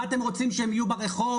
מה אתם רוצים שהם יהיו ברחוב?